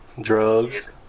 drugs